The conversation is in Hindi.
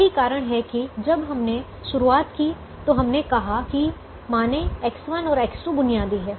यही कारण है कि जब हमने शुरुआत की तो हमने कहा कि माने X1 और X2 बुनियादी है